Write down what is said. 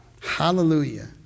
Hallelujah